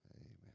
Amen